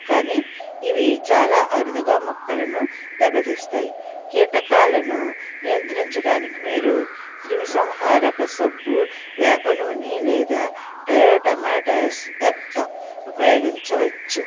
కానీ ఇవి చాలా అరుదుగా మొక్కలను దెబ్బతీస్తాయి కీటకాలను నియంత్రించడానికి మీరు క్రిమి సంహారక సబ్బు వేప నూనె లేదా డయోటమాటయస్ ఎర్త్ ఉపయోగించవచ్చు